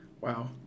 Wow